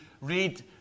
read